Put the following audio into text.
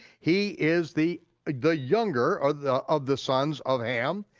he is the ah the younger of the of the sons of ham.